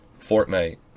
Fortnite